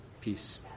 Peace